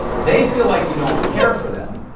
they feel like you don't care for them,